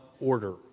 order